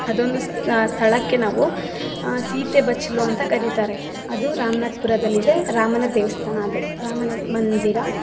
ಅದೊಂದು ಸ್ಥಳಕ್ಕೆ ನಾವು ಸೀತೆ ಬಚ್ಚಲು ಅಂತ ಕರೀತಾರೆ ಅದು ರಾಮನಾಥ್ಪುರದಲ್ಲಿದೆ ರಾಮನ ದೇವಸ್ಥಾನ ಅದು ರಾಮನ ಮಂದಿರ